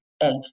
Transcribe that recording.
egg